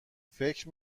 فکر